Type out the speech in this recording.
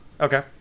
Okay